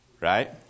Right